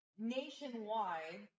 nationwide